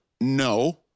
No